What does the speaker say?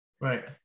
Right